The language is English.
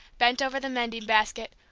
bent over the mending basket,